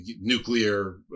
nuclear